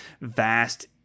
vast